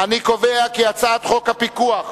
להעביר את הצעת חוק הפיקוח